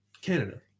Canada